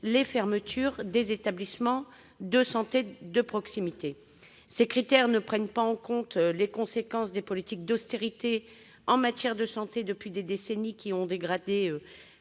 la fermeture des établissements de santé de proximité. Ces critères ne prennent pas en compte les conséquences des politiques d'austérité en matière de santé menées depuis des décennies et qui ont dégradé